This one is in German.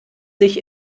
sich